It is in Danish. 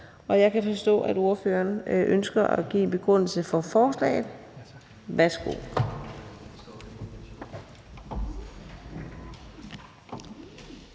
Jeg kan forstå, at ordføreren ønsker at give en begrundelse for forslaget. Værsgo.